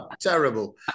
Terrible